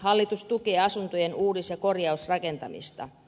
hallitus tukee asuntojen uudis ja korjausrakentamista